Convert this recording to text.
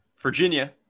Virginia